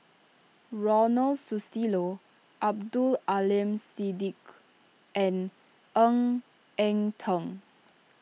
Ronald Susilo Abdul Aleem Siddique and Ng Eng Teng